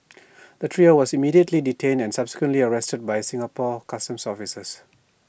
the trio was immediately detained and subsequently arrested by Singapore Customs officers